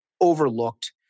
overlooked